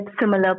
similar